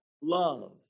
love